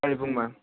कालेबुङमा